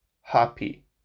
happy